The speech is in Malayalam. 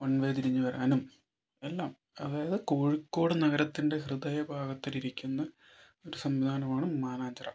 വൺ വേ തിരിഞ്ഞ് വരാനും എല്ലാം അതായത് കോഴിക്കോട് നഗരത്തിൻ്റെ ഹൃദയഭാഗത്തിലിരിക്കുന്ന ഒരു സംവിധാനമാണ് മാനാഞ്ചിറ